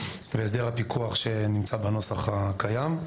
והסדר הפיקוח שנמצא בנוסח הקיים.